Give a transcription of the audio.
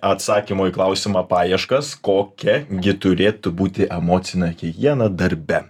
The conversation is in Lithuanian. atsakymo į klausimą paieškas kokia gi turėtų būti emocinė higiena darbe